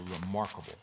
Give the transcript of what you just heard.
remarkable